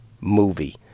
movie